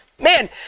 Man